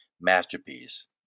masterpiece